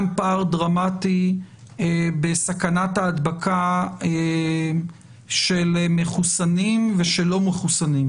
פער דרמטי בסכנת ההדבקה של מחוסנים ושל לא מחוסנים?